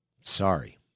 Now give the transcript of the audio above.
Sorry